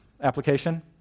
application